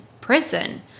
prison